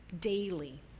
daily